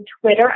Twitter